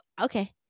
okay